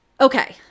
okay